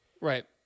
Right